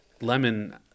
lemon